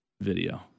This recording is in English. video